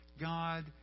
God